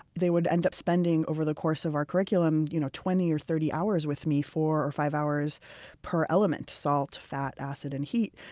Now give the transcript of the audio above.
they would end up spending over the course of our curriculum you know twenty to thirty hours with me, four or five hours per element salt, fat, acid and heat.